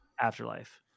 Afterlife